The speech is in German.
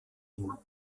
ihn